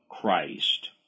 Christ